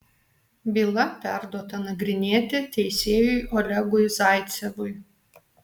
byla perduota nagrinėti teisėjui olegui zaicevui